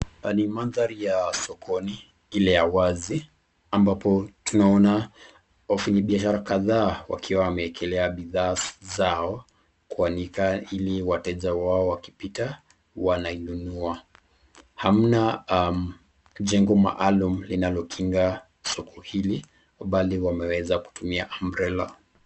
Ni mandhari ya sokoni ile ya wazi ambapo tunaona wafanyabiashara kadhaa wakiwa wamewekelea bidhaa zao kuanika ili wateja wao wakipita wanainunua. Hamna jengo maalum linalokinga soko hili bali wameweza kutumia umbrella